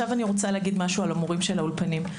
המורים של האולפנים,